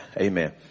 Amen